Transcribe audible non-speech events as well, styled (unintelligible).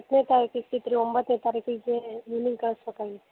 ಹತ್ತನೇ ತಾರಿಕು ಇರ್ತಿತ್ತು ರೀ ಒಂಬತ್ತನೆ ತಾರೀಕಿಗೆ (unintelligible) ಕಳ್ಸಬೇಕು